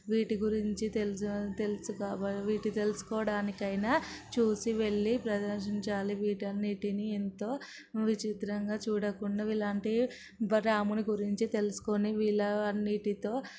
వీటి గురించి తెలుసును తెలుసు కాబట్టి వీటిని తెలుసుకోడానికైనా చూసి వెళ్లి ప్రదర్శించాలి వీటన్నిటిని ఎంతో విచిత్రంగా చూడకుండా వీల్లాంటివి రాముని గురించి తెలుసుకొని వీళ్ళ అన్నిటితో